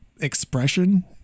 expression